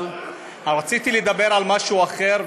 אבל רציתי לדבר על משהו אחר,